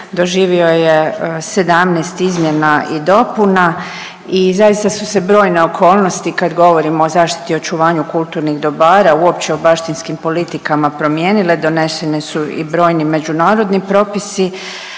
doživio je 17 izmjena i dopuna i zaista su se brojne okolnosti kad govorimo o zaštiti i očuvanju kulturnih dobara uopće o baštinskim politikama promijenile donesene su i brojni međunarodni propis,